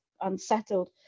unsettled